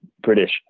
British